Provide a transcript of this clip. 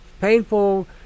painful